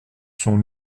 sont